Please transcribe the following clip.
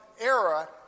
era